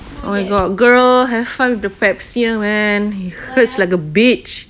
oh my god girl have fun with the pap smear man it hurts like a bitch